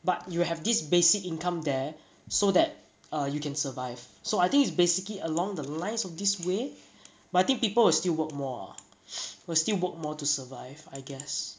but you have this basic income there so that err you can survive so I think it's basically along the lines of this way but I think people are still work more ah will still work more to survive I guess